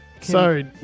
Sorry